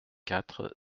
quatre